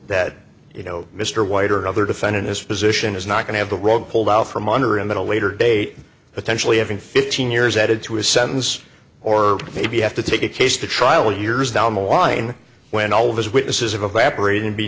that you know mr white or other defendant his position is not going to have the rug pulled out from under him at a later date potentially having fifteen years added to his sentence or maybe have to take a case to trial years down the line when all of his witnesses have evaporated and be